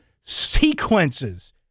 sequences